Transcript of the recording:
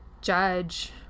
judge